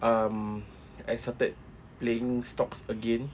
um I started playing stocks again